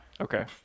Okay